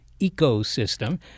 ecosystem